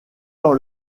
dans